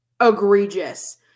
egregious